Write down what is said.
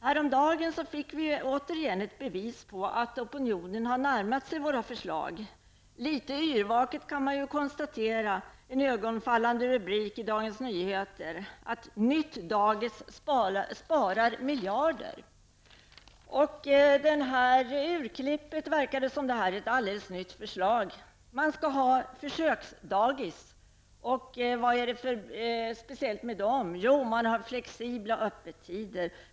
Häromdagen fick vi återigen ett bevis på att opinionen har närmat sig våra förslag. Litet yrvaket kan man konstatera en i ögonfallande rubrik i Dagens Nyheter:: Nytt dagis sparar miljarder. Av det här urklippet verkar det som om det här är ett alldeles nytt förslag. Man skall ha försöksdagis, och vad är det för speciellt med dem? Jo, man skall ha flexibla öppettider.